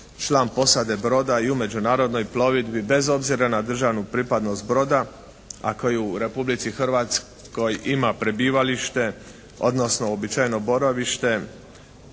član posade broda i u međunarodnoj plovidbi, bez obzira na državnu pripadnost broda, a koji u Republici Hrvatskoj ima prebivalište, odnosno uobičajeno boravište,